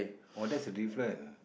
oh that's a different